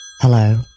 Hello